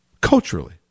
culturally